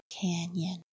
canyon